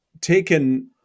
taken